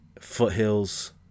Foothills